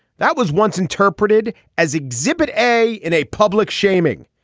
that was once interpreted as exhibit a in a public shaming.